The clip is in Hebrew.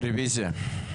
רביזיה.